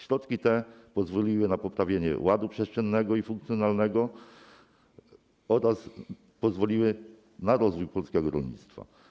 Środki te pozwoliły na poprawienie ładu przestrzennego i funkcjonalnego oraz na rozwój polskiego rolnictwa.